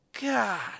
God